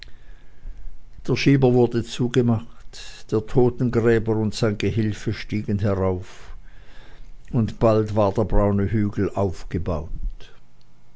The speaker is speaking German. der schieber wurde zugemacht der totengräber und sein gehilfe stiegen herauf und bald war der braune hügel aufgebaut